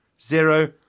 zero